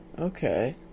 okay